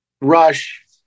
Rush